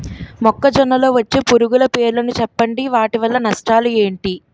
మొక్కజొన్న లో వచ్చే పురుగుల పేర్లను చెప్పండి? వాటి వల్ల నష్టాలు ఎంటి?